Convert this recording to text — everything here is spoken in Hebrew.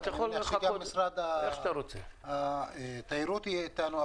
אני מבין שגם נציג משרד התיירות נמצא איתנו.